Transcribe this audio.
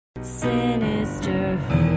Sinister